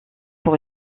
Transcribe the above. pour